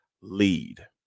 lead